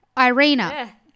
Irina